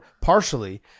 partially